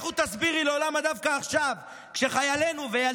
לכי תסבירי לו למה דווקא עכשיו, כשחיילינו, וגם